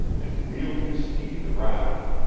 and wheeled his steed around.